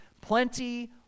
plenty